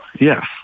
Yes